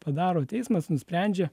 padaro teismas nusprendžia